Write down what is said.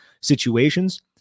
situations